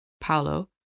Paulo